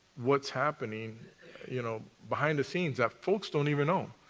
what's happening you know behind the scenes that folks don't even know.